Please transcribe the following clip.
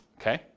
okay